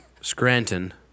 Scranton